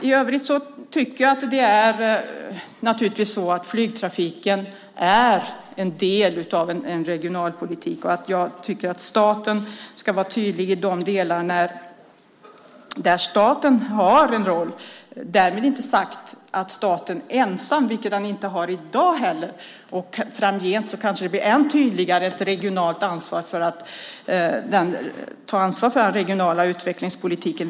I övrigt är flygtrafiken en del av en regionalpolitik. Staten ska vara tydlig i de delar där staten har en roll. Därmed inte sagt att staten ensam har ett ansvar. Det har den inte heller i dag. Det kanske framgent än tydligare blir ett regionalt ansvar för den regionala utvecklingspolitiken.